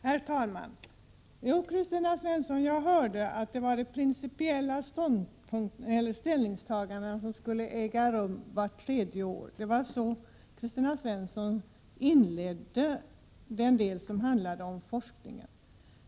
Herr talman! Jo, jag hörde att det var principiella ställningstaganden som skulle äga rum vart tredje år. Det var så Kristina Svensson inledde den del av sitt anförande som handlade om forskning.